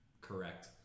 Correct